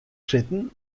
sitten